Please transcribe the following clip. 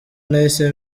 nahise